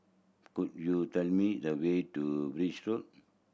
could you tell me the way to Birch Road